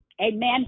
Amen